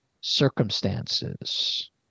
circumstances